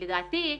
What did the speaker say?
לדעתי,